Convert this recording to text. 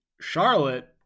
Charlotte